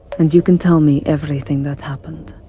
and you can tell me everything that happened.